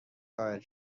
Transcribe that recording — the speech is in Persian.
دایر